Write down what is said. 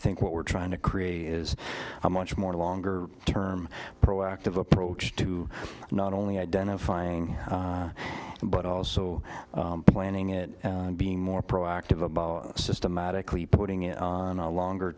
think what we're trying to create a is a much more longer term proactive approach to not only identifying but also planning it and being more proactive about systematically putting it on a longer